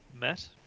Matt